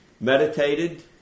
meditated